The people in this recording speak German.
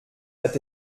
hat